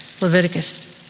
Leviticus